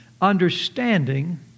Understanding